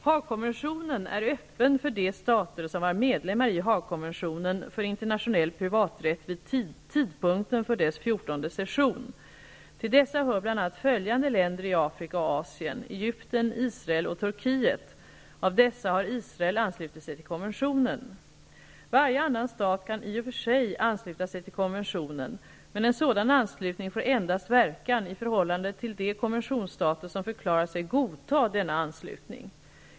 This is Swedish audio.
Haagkonventionen är öppen för de stater som var medlemmar i Haagkonventionen för internationell privaträtt vid tidpunkten för dess fjortonde session. Till dessa hör bl.a. följande länder i Afrika och Israel anslutit sig till konventionen. Varje annan stat kan i och för sig ansluta sig till konventionen, men en sådan anslutning får verkan endast i förhållande till de konventionsstater som förklarat sig godta denna anslutning.